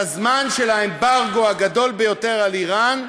בזמן של האמברגו הגדול ביותר על איראן,